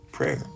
prayer